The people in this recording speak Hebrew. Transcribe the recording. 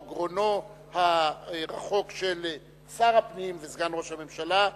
או כגרונו הרחוק של שר הפנים וסגן ראש הממשלה,